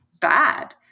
bad